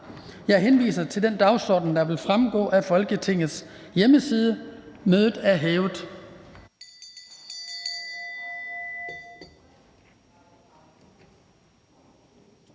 Jeg henviser til den dagsorden, der vil fremgå af Folketingets hjemmeside. Mødet er hævet.